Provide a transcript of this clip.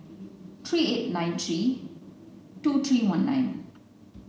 three eight nine three two three one nine